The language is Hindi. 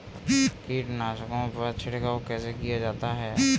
कीटनाशकों पर छिड़काव कैसे किया जाए?